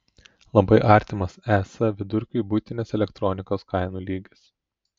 labai artimas es vidurkiui buitinės elektronikos kainų lygis